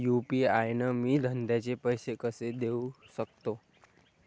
UPI न मी धंद्याचे पैसे कसे देऊ सकतो?